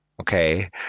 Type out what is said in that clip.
Okay